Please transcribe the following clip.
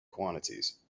quantities